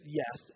yes